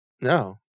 No